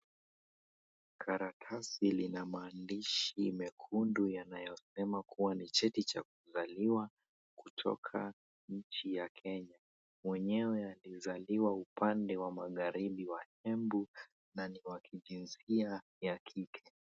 Karatasi lina maandishi mekundu yanayosema kuwa ni cheti cha kuzaliwa kutoka nchi ya Kenya, mwenyewe akiwa alizaliwa upande wa magharibi wa Embu na ni wa kijinsia ya kike.